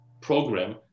program